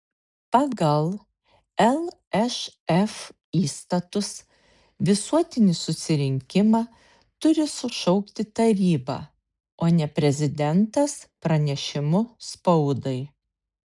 pagal lšf įstatus visuotinį susirinkimą turi sušaukti taryba o ne prezidentas pranešimu spaudai